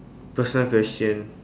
personal question